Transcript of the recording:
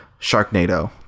Sharknado